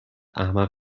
احمق